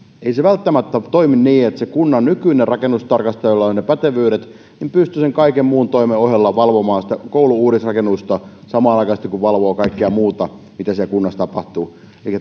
se välttämättä toimi niin että kunnan nykyinen rakennustarkastaja jolla on ne pätevyydet pystyy sen kaiken muun toimen ohella valvomaan sitä koulu uudisrakennusta samanaikaisesti kun valvoo kaikkea muuta mitä siellä kunnassa tapahtuu